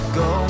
go